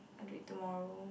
I do it tomorrow